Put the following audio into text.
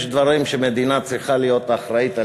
יש דברים שמדינה צריכה להיות אחראית להם.